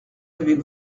avec